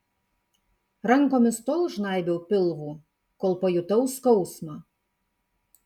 rankomis tol žnaibiau pilvų kol pajutau skausmą